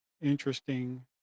interesting